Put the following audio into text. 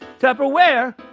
Tupperware